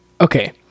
Okay